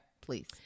please